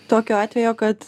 tokio atvejo kad